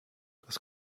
das